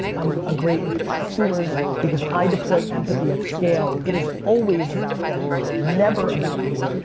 i'm ah great with consumers because i deploy empathy at scale. it is always about them, never about me.